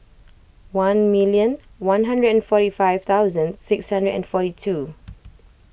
one million one hundred and forty five thousand six hundred and forty two